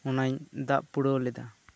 ᱚᱱᱟᱧ ᱫᱟᱵ ᱯᱩᱲᱟᱹᱣ ᱞᱮᱫᱟ